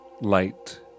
light